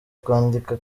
kwandika